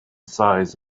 size